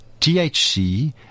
thc